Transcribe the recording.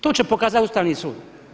To će pokazati Ustavni sud.